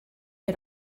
had